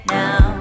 now